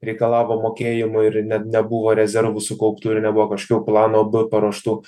reikalavo mokėjimų ir ne nebuvo rezervų sukauptų ir nebuvo kažkokių plano b paruoštų